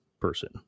person